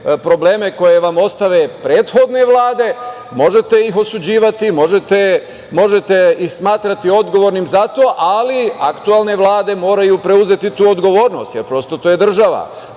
probleme koje vam ostave prethodne vlade, možete ih osuđivati, možete i smatrati odgovornim za to, ali aktuelne vlade moraju preuzeti tu odgovornost, jer prosto to je država